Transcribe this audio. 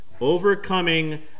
Overcoming